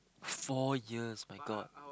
four years my god